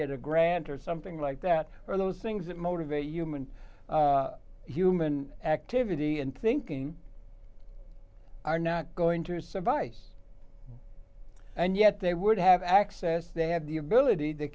get a grant or something like that or those things that motivate human human activity and thinking are not going to survive this and yet they would have access they have the ability t